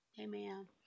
Amen